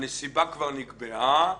הנסיבה כבר נקבעה,